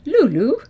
Lulu